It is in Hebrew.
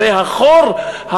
הרי החור,